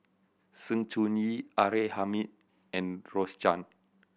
Sng Choon Yee R A Hamid and Rose Chan